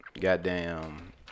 goddamn